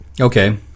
Okay